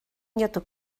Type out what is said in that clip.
нету